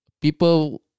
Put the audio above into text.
people